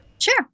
sure